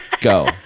Go